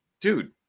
dude